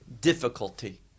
difficulty